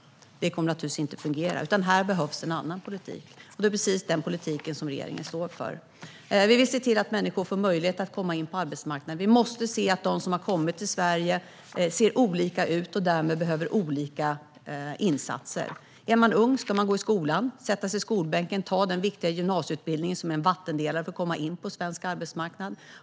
Det kommer naturligtvis inte att fungera. Här behövs det en annan politik, och det är precis den politiken som regeringen står för. Vi vill se till att människor får möjlighet att komma in på arbetsmarknaden. Vi måste se att de som har kommit till Sverige ser olika ut och därmed behöver olika insatser. Är man ung ska man gå i skolan, sätta sig i skolbänken och skaffa sig den viktiga gymnasieutbildningen, som är en vattendelare för att komma in på svensk arbetsmarknad.